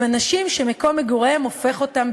הם אנשים שמקום מגוריהם הופך אותם,